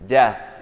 death